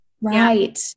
right